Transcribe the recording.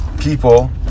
people